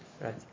right